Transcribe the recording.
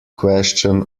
question